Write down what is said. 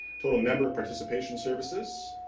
total member participation services